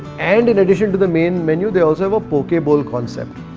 and in addition to the main menu they also have a poke bowl concept.